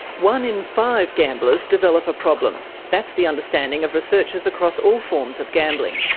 one in five gamblers develop a problem, that's the understanding of researchers across all forms of gambling.